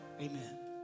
amen